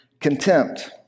contempt